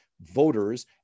voters